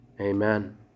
Amen